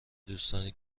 دوستانی